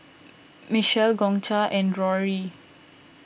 Michele Concha and Rory